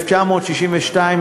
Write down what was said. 1962,